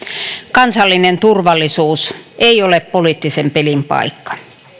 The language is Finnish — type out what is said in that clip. kansallinen turvallisuus ei ole poliittisen pelin paikka